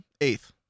eighth